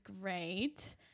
great